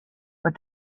but